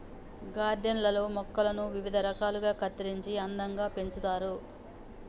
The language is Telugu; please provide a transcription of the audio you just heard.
గార్డెన్ లల్లో మొక్కలను వివిధ రకాలుగా కత్తిరించి అందంగా పెంచుతారు